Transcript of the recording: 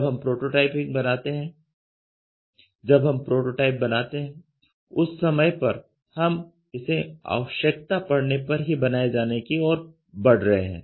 जब हम प्रोटोटाइप बनाते हैं उस समय पर हम इसे आवश्यकता पड़ने पर ही बनाए जाने की ओर बढ़ रहे हैं